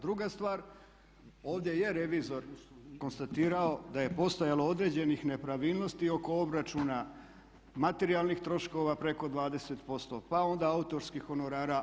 Druga stvar, ovdje je revizor konstatirao da je postojalo određenih nepravilnosti oko obračuna materijalnih troškova 20%, pa onda autorskih honorara.